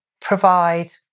provide